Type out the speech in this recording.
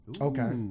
okay